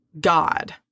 God